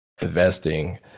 investing